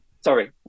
sorry